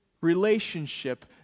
relationship